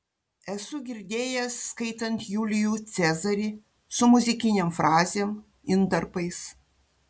esu girdėjęs skaitant julijų cezarį su muzikinėm frazėm intarpais